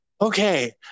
okay